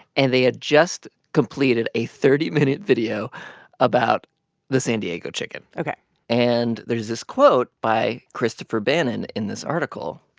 and they had just completed a thirty minute video about the san diego chicken ok and there is this quote by christopher bannon in this article.